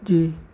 جی